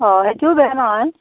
অ' সেইটোও বেয়া নহয়